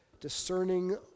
Discerning